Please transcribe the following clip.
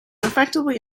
effectively